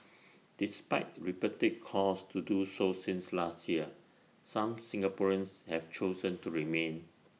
despite repeated calls to do so since last year some Singaporeans have chosen to remain